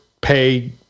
pay